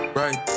right